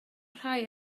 rhai